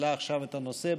העלה עכשיו את הנושא,